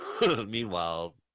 Meanwhile